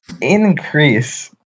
increase